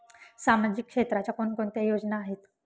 सामाजिक क्षेत्राच्या कोणकोणत्या योजना आहेत?